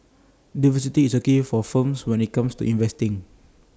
diversity is key for firms when IT comes to investing